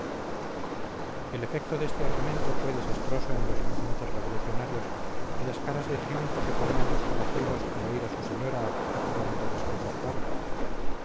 el efecto de este argumento fue desastroso en los inocentes revolucionarios y las caras de triunfo que ponían los palaciegos al oír a su señora acabaron de desconcertarles